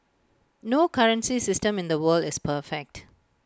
no currency system in the world is perfect